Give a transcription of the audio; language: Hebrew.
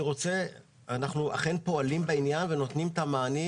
אנחנו אכן פועלים בעניין ונותנים את המענים